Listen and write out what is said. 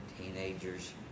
teenagers